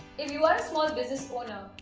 if you are a small business owner,